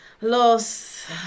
los